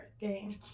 game